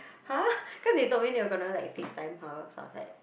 har cause they told me they were gonna like FaceTime her so I was like